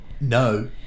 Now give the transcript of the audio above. no